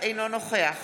אינו נוכח